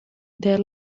der